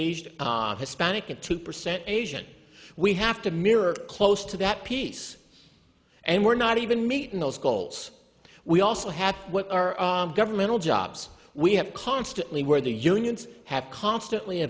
aged hispanic and two percent asian we have to mirror close to that piece and we're not even meeting those goals we also have what our governmental jobs we have constantly where the unions have constantly